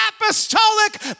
apostolic